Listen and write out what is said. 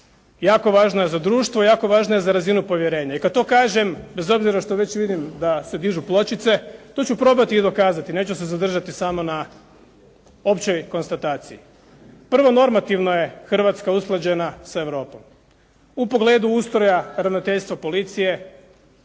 Jako važna je za društvo, jako važna je za razinu povjerenja i kad to kažem bez obzira što već vidim da se dižu pločice, to ću probati i dokazati, neću se zadržati samo na općoj konstataciju. Prvo, normativno je Hrvatska usklađena s Europom u pogledu ustroja ravnateljstva policije,